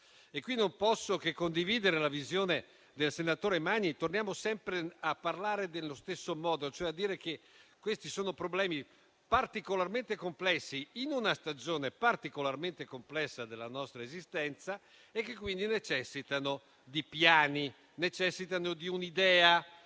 Non posso che condividere quindi la visione del senatore Magni: torniamo sempre a parlare nello stesso modo, cioè a dire che questi sono problemi particolarmente complessi, in una stagione particolarmente complessa della nostra esistenza, che quindi necessitano di piani e di un'idea